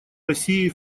россией